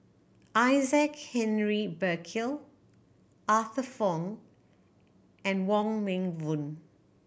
Isaac Henry Burkill Arthur Fong and Wong Meng Voon